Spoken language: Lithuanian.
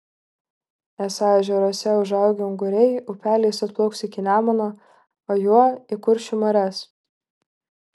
esą ežeruose užaugę unguriai upeliais atplauks iki nemuno o juo į kuršių marias